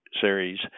series